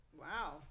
Wow